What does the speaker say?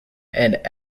and